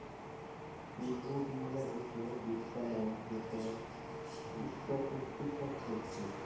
beet root মালে হছে beet পালং যেট ইকট পুষ্টিকর সবজি